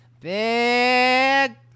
Big